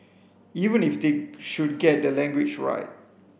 even if they should get the language right